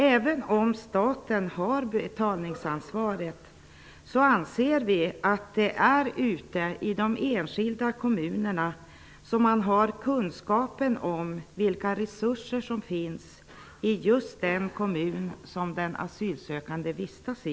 Även om staten har betalningsansvaret anser vi att det är ute i de enskilda kommunerna som man har kunskapen om vilka resurser som finns i just den kommun som den asylsökande vistas i.